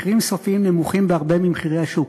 מחירים סופיים נמוכים בהרבה ממחירי השוק.